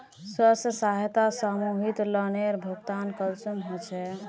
स्वयं सहायता समूहत लोनेर भुगतान कुंसम होचे?